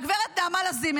והגברת נעמה לזימי,